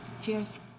Cheers